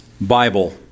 Bible